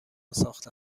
ساختن